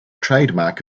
trademark